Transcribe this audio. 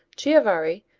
chiavari,